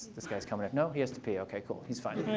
this guy is coming. no. he has to pee. ok. cool. he's fine.